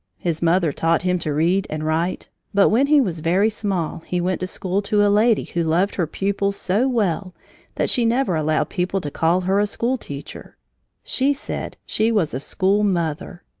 his mother taught him to read and write, but when he was very small he went to school to a lady who loved her pupils so well that she never allowed people to call her a school-teacher she said she was a school mother.